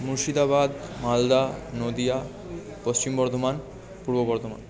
মুর্শিদাবাদ মালদা নদীয়া পশ্চিম বর্ধমান পূর্ব বর্ধমান